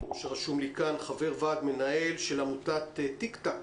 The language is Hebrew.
חבר ועד מנהל של עמותת Tiktek